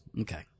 Okay